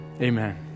amen